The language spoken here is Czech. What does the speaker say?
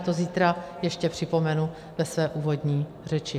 Já to zítra ještě připomenu ve své úvodní řeči.